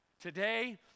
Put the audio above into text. today